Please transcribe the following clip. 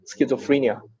schizophrenia